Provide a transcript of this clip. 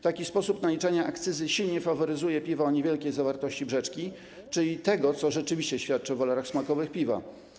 Taki sposób naliczania akcyzy silnie faworyzuje piwo o niewielkiej zawartości brzeczki, czyli tego, co rzeczywiście świadczy o walorach smakowych piwa.